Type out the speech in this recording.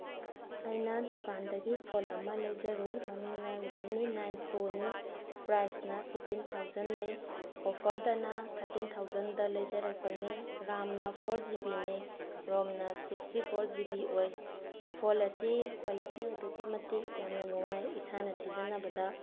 ꯑꯩꯅ ꯗꯨꯀꯥꯟꯗꯒꯤ ꯐꯣꯟ ꯑꯃ ꯂꯩꯖꯔꯨꯏ ꯃꯃꯤꯡꯅ ꯔꯦꯜꯃꯤ ꯅꯥꯏꯟ ꯄ꯭ꯔꯣꯅꯤ ꯄ꯭ꯔꯥꯏꯁꯅ ꯐꯤꯐꯇꯤꯟ ꯊꯥꯎꯖꯟ ꯂꯩ ꯑꯣꯐꯔꯗꯅ ꯊꯥꯔꯇꯤꯟ ꯊꯥꯎꯖꯟꯗ ꯂꯩꯖꯔꯛꯄꯅꯤ ꯔꯥꯝꯅ ꯐꯣꯔ ꯖꯤ ꯕꯤꯅꯤ ꯔꯣꯝꯅ ꯁꯤꯛꯁꯇꯤ ꯐꯣꯔ ꯖꯤ ꯕꯤ ꯑꯣꯏ ꯐꯣꯟ ꯑꯁꯤ ꯀ꯭ꯋꯥꯂꯤꯇꯤ ꯑꯗꯨꯛꯀꯤ ꯃꯇꯤꯛ ꯌꯥꯝꯅ ꯅꯨꯡꯉꯥꯏ ꯏꯁꯥꯅ ꯁꯤꯖꯤꯟꯅꯕꯗ